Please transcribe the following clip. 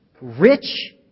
rich